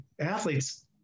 athletes